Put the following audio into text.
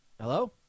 Hello